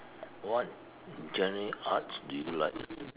what genre arts do you like